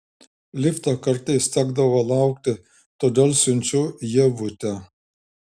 lifto kartais tekdavo laukti todėl siunčiu ievutę